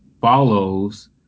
follows